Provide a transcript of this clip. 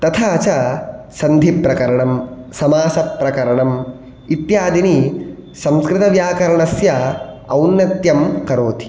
तथा च सन्धिप्रकरणं समासप्रकरणम् इत्यादीनि संस्कृतव्याकरणस्य औनत्यं करोति